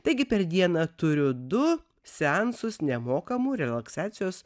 taigi per dieną turiu du seansus nemokamų relaksacijos